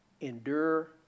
endure